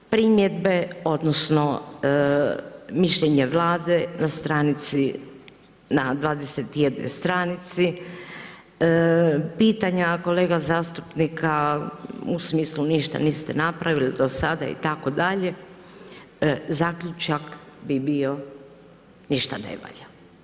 Primjedbe, odnosno mišljenje Vlade na stranici, na 21 stranici, pitanja kolega zastupnika u smislu ništa niste napravili do sada itd. zaključak bi bio ništa ne valja.